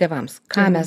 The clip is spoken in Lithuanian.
tėvams ką mes